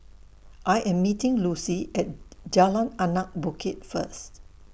I Am meeting Lucie At Jalan Anak Bukit First